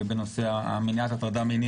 בנושא מניעת הטרדה מינית.